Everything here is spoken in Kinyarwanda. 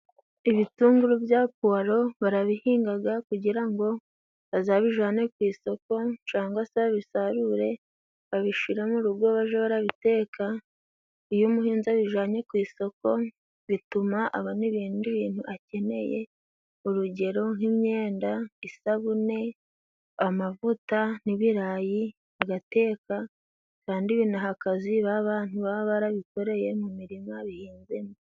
Ibitunguru bya puwalo barabihingaga kugira ngo bazabijane ku isoko, cangwa se babisarure babishire mu rugo baje barabiteka. Iyo umuhinzi abijanye ku isoko bituma abona ibindi bintu akeneye, urugero nk'imyenda, isabune, amavuta n'ibirayi bagateka, kandi binaha akazi ba bantu baba barabikoreye mu mirima bihinzemo.